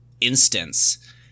instance